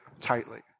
tightly